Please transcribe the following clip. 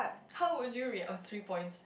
how would you react oh three points